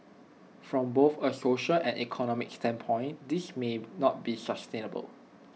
from both A social and economic standpoint this may not be sustainable